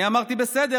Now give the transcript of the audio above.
אני אמרתי בסדר.